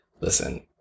listen